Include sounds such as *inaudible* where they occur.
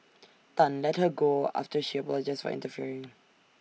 Tan let her go after she apologised for interfering *noise*